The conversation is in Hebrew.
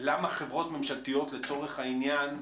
למה חברות ממשלתיות, לצורך העניין,